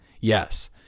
Yes